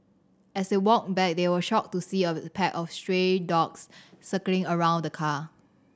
as they walked back they were shocked to see of the pack of stray dogs circling around the car